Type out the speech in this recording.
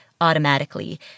automatically